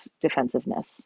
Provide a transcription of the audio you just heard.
defensiveness